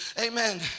amen